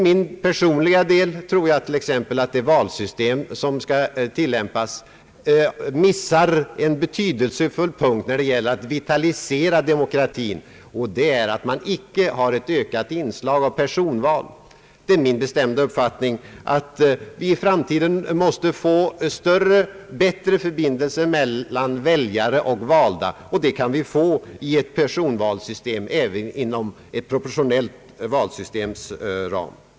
Jag tror t.ex. att det valsystem som skall tillämpas missar en betydelsefull punkt när det gäller att vitalisera demokratin. Det innehåller ju icke något ökat inslag av personval. Det är min bestämda uppfattning att vi i framtiden måste få bättre förbindelser mellan väljare och valda, och det kan vi få i ett personvalssystem, även med proportionella val.